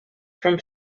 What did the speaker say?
from